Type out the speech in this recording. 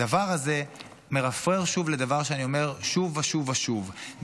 הדבר הזה מרפרר שוב לדבר שאני אומר שוב ושוב ושוב,